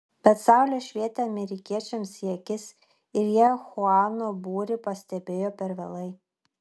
bet saulė švietė amerikiečiams į akis ir jie chuano būrį pastebėjo per vėlai